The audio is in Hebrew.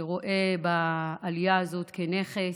שרואה בעלייה הזאת נכס,